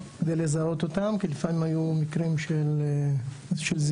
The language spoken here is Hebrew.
ולזהות אותם, כי לפעמים היו מקרים של זיופים.